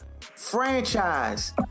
franchise